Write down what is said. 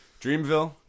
Dreamville